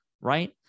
right